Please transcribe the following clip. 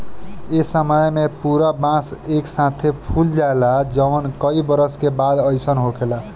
ए समय में पूरा बांस एक साथे फुला जाला जवन कई बरस के बाद अईसन होखेला